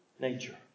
nature